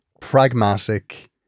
pragmatic